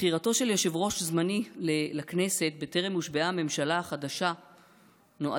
בחירתו של יושב-ראש זמני לכנסת בטרם הושבעה הממשלה החדשה נועדה,